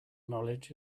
knowledge